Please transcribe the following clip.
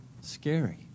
scary